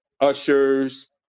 ushers